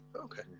Okay